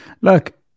look